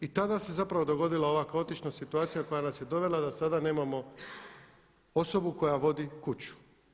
I se zapravo dogodila ova kaotična situacija koja nas je dovela da sada nemamo osobu koja vodi kuću.